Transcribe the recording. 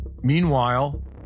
Meanwhile